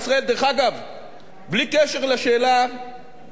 בלי קשר לשאלה מי הממשלה המכהנת.